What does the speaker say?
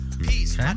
peace